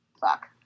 Fuck